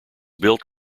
built